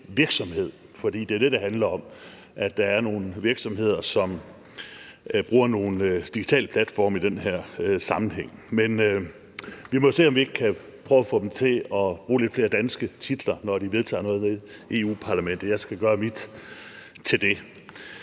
virksomhed«. For det, som det handler om, er, at der er nogle virksomheder, som bruger nogle digitale platforme i den her sammenhæng. Men vi må se, om vi ikke kan prøve at få dem til at bruge lidt flere danske titler, når de vedtager noget nede i Europa-Parlamentet. Jeg skal gøre mit til det.